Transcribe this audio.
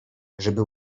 żeby